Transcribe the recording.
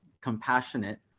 compassionate